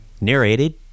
Narrated